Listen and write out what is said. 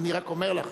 אני רק אומר לך,